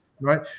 Right